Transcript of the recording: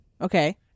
Okay